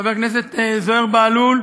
חבר הכנסת זוהיר בהלול,